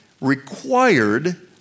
required